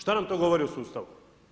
Što nam to govori o sustavu?